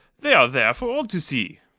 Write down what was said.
they are there for all to see.